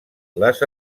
les